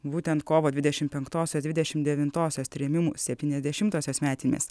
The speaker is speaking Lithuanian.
būtent kovo dvidešimt penktosios dvidešimt devintosios trėmimų septyniasdešimtosios metinės